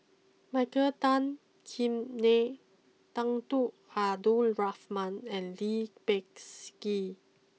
Michael Tan Kim Nei Tunku Abdul Rahman and Lee Peh Gee